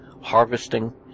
harvesting